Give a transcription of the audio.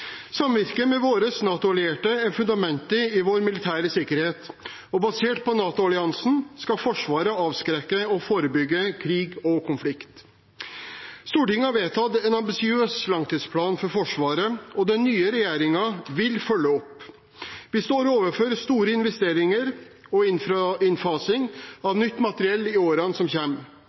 Samvirket med våre NATO-allierte er fundamentet i vår militære sikkerhet, og basert på NATO-alliansen skal Forsvaret avskrekke og forebygge krig og konflikt. Stortinget har vedtatt en ambisiøs langtidsplan for Forsvaret, og den nye regjeringen vil følge opp. Vi står overfor store investeringer og innfasing av nytt materiell i årene som